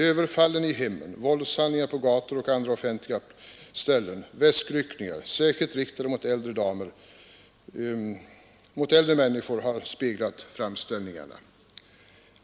Överfallen i hemmen, våldshandlingar på gator och andra offentliga ställen, väskryckningar — särskilt riktade mot äldre människor har speglat framställningarna.